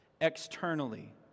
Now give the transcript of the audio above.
externally